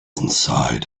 inside